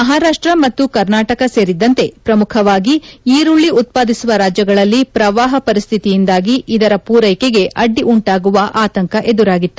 ಮಹಾರಾಷ್ಸ ಮತ್ತು ಕರ್ನಾಟಕ ಸೇರಿದಂತೆ ಶ್ರಮುಖವಾಗಿ ಈರುಳ್ಳ ಉತ್ವಾದಿಸುವ ರಾಜ್ಯಗಳಲ್ಲಿ ಶ್ರವಾಹ ಪರಿಸ್ನಿತಿಯಿಂದಾಗಿ ಇದರ ಪೂರ್ಲೆಕೆಗೆ ಅಡ್ಡಿ ಉಂಟಾಗುವ ಆತಂಕ ಎದುರಾಗಿತ್ತು